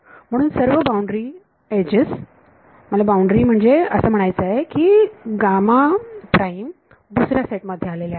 म्हणून सर्व boundary edges मला बाउंड्री म्हणजे असे म्हणायचे आहे की की दुसऱ्या सेट मध्ये आलेल्या आहेत